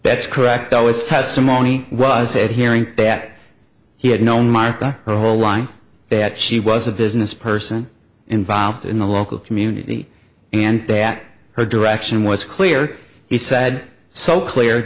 that's correct though is testimony was said hearing that he had known martha her whole life that she was a business person involved in the local community and that her direction was clear he said so clear